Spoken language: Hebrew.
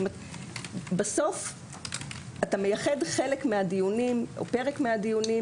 בסוף אנחנו מייחדים פרק מן הדיונים